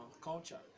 culture